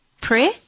pray